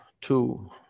two